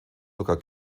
sogar